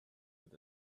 with